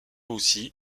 aussi